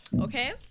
okay